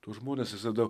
tuos žmones visada